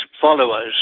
followers